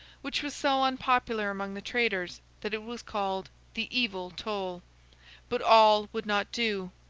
which was so unpopular among the traders that it was called the evil toll but all would not do.